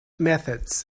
methods